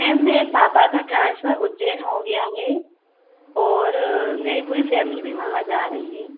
ma'am मेरे पापा का ट्रांसफर उज्जैन हो गया है और मेरी पूरी फैमिली भी वहाँ जा रही है